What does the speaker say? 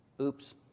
Oops